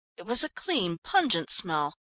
it was a clean, pungent smell.